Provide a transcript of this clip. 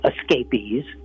escapees